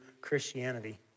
Christianity